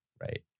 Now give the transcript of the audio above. Right